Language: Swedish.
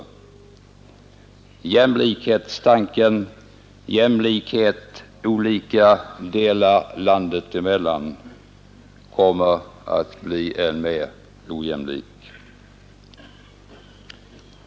I stället för ökad jämlikhet mellan olika delar av landet blir det en än större ojämlikhet.